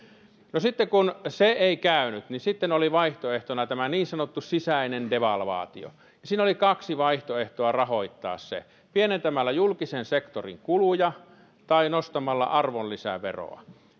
no sitten kun se ei käynyt sitten oli vaihtoehtona tämä niin sanottu sisäinen devalvaatio oli kaksi vaihtoehtoa rahoittaa se pienentämällä julkisen sektorin kuluja tai nostamalla arvonlisäveroa